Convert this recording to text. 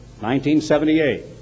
1978